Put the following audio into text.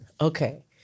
Okay